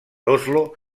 oslo